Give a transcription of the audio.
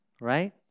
Right